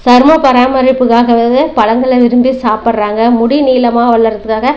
சர்ம பராமரிப்புக்காகவேவே பழங்களை விரும்பி சாப்படுறாங்க முடி நீளமாக வளர்கிறதுக்காக